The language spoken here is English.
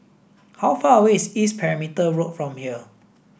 how far away is East Perimeter Road from here